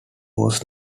was